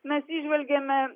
mes įžvelgėme